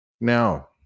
Now